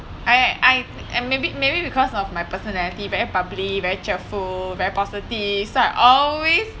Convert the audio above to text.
I I and maybe maybe because of my personality very bubbly very cheerful very positive so I always